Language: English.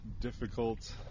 difficult